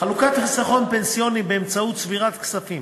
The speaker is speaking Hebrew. חלוקת חיסכון פנסיוני באמצעות צבירת כספים,